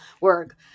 work